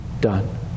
done